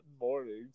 Mornings